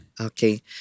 Okay